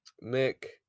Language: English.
Nick